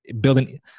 building